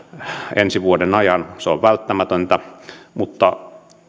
ensi vuoden ajan se on välttämätöntä mutta